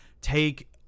take